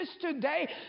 today